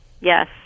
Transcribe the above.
yes